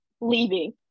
leaving